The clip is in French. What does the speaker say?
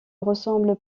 ressemble